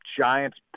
Giants